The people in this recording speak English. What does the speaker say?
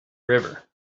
river